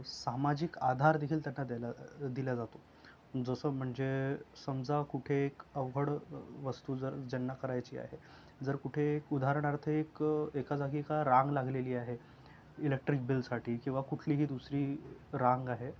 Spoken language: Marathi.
सामाजिक आधारदेखील त्यांना द्यायला दिला जातो जसं म्हणजे समजा कुठे एक अवघड वस्तू जर ज्यांना करायची आहे जर कुठे एक उदाहरणार्थ एक एका जागी एका रांग लागलेली आहे इलेक्ट्रिक बिलसाठी किंवा कुठलीही दुसरी रांग आहे